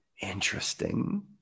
Interesting